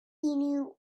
knew